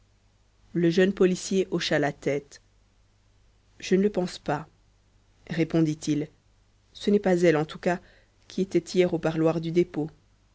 le jeune policier hocha la tête je ne le pense pas répondit-il ce n'est pas elle en tout cas qui était hier au parloir du dépôt